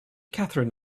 katherine